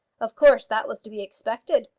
of course that was to be expected,